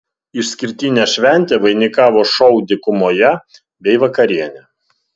išskirtinę šventę vainikavo šou dykumoje bei vakarienė